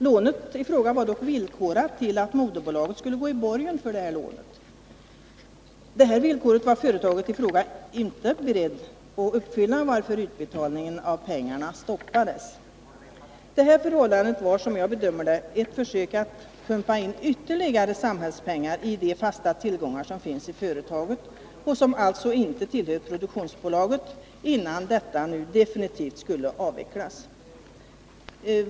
Lånet var dock villkorat till att moderbolaget skulle gå i borgen för lånet. Detta villkor var företaget i fråga inte berett att uppfylla, varför utbetalningen av pengarna stoppades. Detta var, som jag bedömer det, ett försök att pumpa in ytterligare samhällspengar i de fasta tillgångar som finns i företaget — och som alltså inte tillhör produktionsbolaget — innan detta definitivt skulle avvecklas.